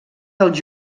dels